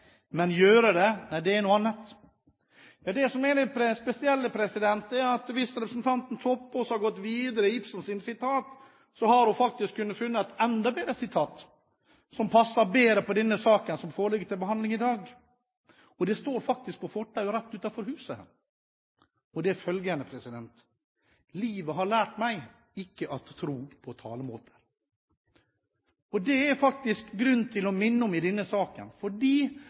men gøre det!» Det er noe annet. Det som er det spesielle, er at hvis representanten Toppe også hadde gått videre i Ibsens sitat, hadde hun faktisk kunnet finne et enda bedre sitat, som passer bedre på denne saken som foreligger til behandling i dag – det står faktisk på fortauet rett utenfor huset her – og lyder som følger: «Og livet har lært mig, ikke at tro på talemåder.» Det er det faktisk grunn til å minne om i denne saken, fordi